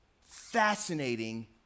fascinating